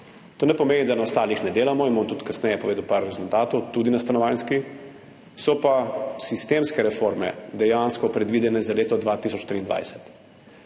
To ne pomeni, da na ostalih ne delamo in bom tudi kasneje povedal par rezultatov, tudi na stanovanjskem [področju]. So pa sistemske reforme dejansko predvidene za leto 2023.